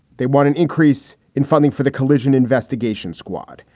they want an increase in funding for the collision investigation squad.